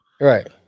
Right